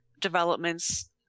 developments